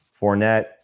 Fournette